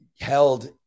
held